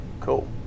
Cool